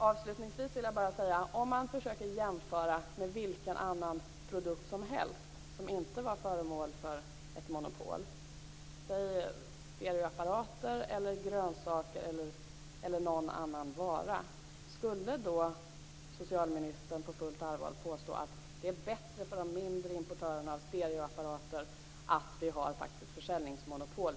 Avslutningsvis vill jag bara säga: Om man försöker jämföra med vilken annan produkt som helst som inte är föremål för ett monopol - säg stereoapparater, grönsaker eller några andra varor - skulle socialministern då på fullt allvar påstå att det är bättre för de mindre importörerna av sådana varor att vi har ett försäljningsmonopol?